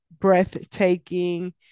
breathtaking